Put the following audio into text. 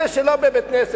אלה שלא בבית-כנסת,